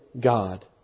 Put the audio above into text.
God